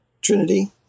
Trinity